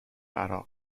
عراق